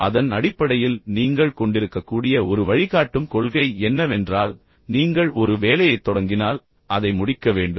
எனவே அதன் அடிப்படையில் நீங்கள் கொண்டிருக்கக்கூடிய ஒரு வழிகாட்டும் கொள்கை என்னவென்றால் நீங்கள் ஒரு வேலையைத் தொடங்கினால் அதை முடிக்க வேண்டும்